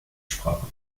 sprache